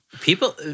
People